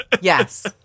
Yes